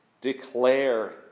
declare